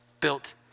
built